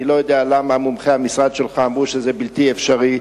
אני לא יודע למה מומחי המשרד שלך אמרו שזה בלתי אפשרי.